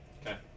Okay